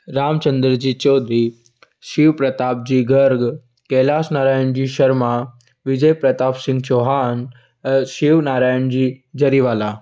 Ramchandra ji Choudhary Shivpratap ji Garg Kailash Narayan ji Sharma Vijay Pratap Singh Chauhan Shivnarayan ji Jariwala